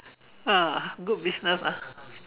ah good business ah